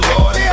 Lord